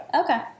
Okay